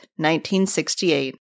1968